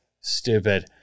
stupid